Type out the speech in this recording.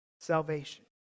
salvation